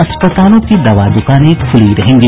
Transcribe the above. अस्पतालों की दवा दुकानें खुली रहेंगी